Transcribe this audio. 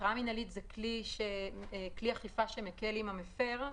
התראה מינהלית זה כלי אכיפה שמקל עם המפר.